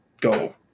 go